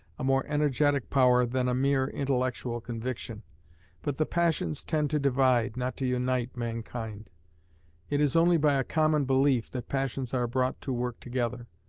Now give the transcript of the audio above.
a more energetic power than a mere intellectual conviction but the passions tend to divide, not to unite, mankind it is only by a common belief that passions are brought to work together,